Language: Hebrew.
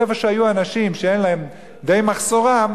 איפה שהיו אנשים שאין להם די מחסורם,